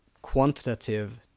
quantitative